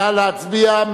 נא להצביע.